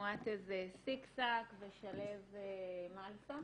מועתז סיקסק ושלו מלסה.